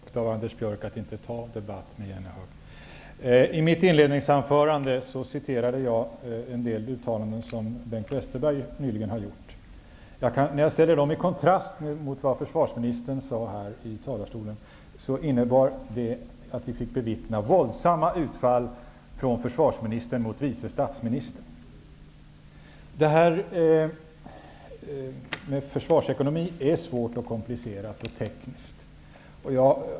Fru talman! Jag tycker att det var svagt av Anders Björck att inte debattera med Jennehag. I mitt inledningsanförande citerade jag en del uttalanden som Bengt Westerbeg nyligen har gjort. När jag ställde dem i kontrast mot det som försvarsministern sade här i talarstolen medförde det att jag fick bevittna våldsamma utfall från försvarsministern mot vice statsministern. Försvarsekonomi är svårt, komplicerat och tekniskt.